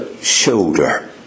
shoulder